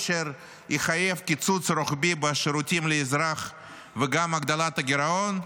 אשר יחייב קיצוץ רוחבי בשירותים לאזרח וגם הגדלת הגירעון?